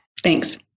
Thanks